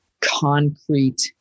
concrete